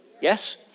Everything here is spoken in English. Yes